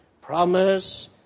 promise